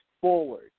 forward